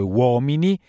uomini